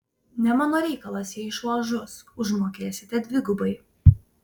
ne mano reikalas jei šuo žus užmokėsite dvigubai